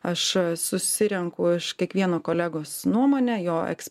aš susirenku iš kiekvieno kolegos nuomonę jo